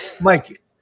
Mike